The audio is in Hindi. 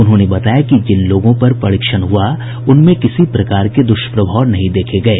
उन्होंने बताया कि जिन लोगों पर परीक्षण हुआ उनमें किसी प्रकार के दुष्प्रभाव नहीं देखे गये